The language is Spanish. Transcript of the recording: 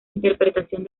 interpretación